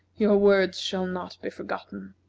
your words shall not be forgotten.